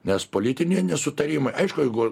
nes politiniai nesutarimai aišku jeigu